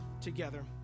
together